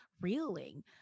reeling